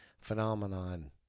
phenomenon